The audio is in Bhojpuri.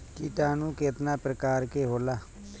किटानु केतना प्रकार के होला?